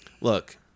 Look